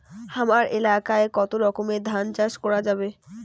হামার এলাকায় কতো রকমের ধান চাষ করা যাবে?